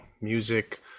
music